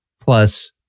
plus